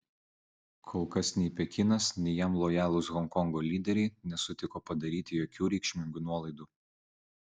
kol kas nei pekinas nei jam lojalūs honkongo lyderiai nesutiko padaryti jokių reikšmingų nuolaidų